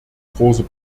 großer